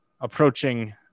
approaching